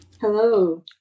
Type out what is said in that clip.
Hello